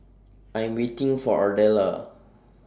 I Am waiting For Ardella